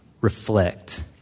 reflect